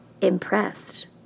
impressed